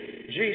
Jesus